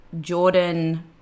Jordan